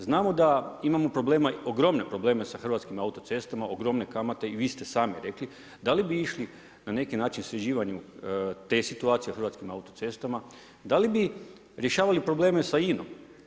Znamo da imamo ogromne probleme sa Hrvatskim autocestama, ogromne kamate i vi ste sami rekli, da li bi išli na neki način sređivanju te situacije u Hrvatskim autocestama, da li bi rješavali probleme sa INA-om?